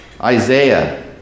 Isaiah